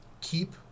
Keep